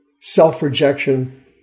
self-rejection